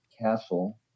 castle